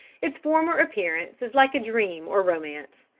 its former appearance is like a dream or romance.